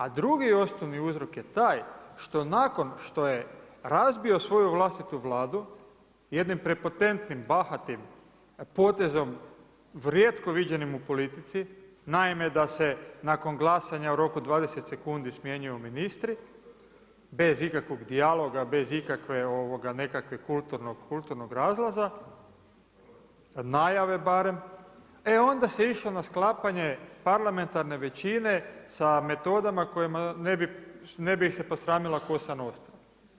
A drugi osnovni uzrok je taj što nakon što je razbio svoju vlastitu vladu jednim prepotentnim, bahatim potezom rijetko viđenim u politici, naime da se nakon glasanja u roku od 20 sekundi smjenjuju ministri, bez ikakvog dijaloga, bez ikakvog nekakvog kulturnog razlaza, najave barem, e onda se išlo na sklapanje parlamentarne većine sa metodama kojima ne bi se posramila Cosa nostra.